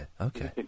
okay